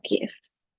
gifts